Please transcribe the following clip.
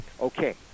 Okay